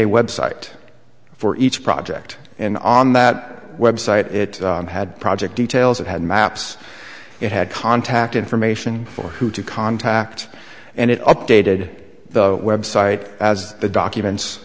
a website for each project and on that website it had project details it had maps it had contact information for who to contact and it updated the website as the documents